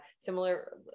similar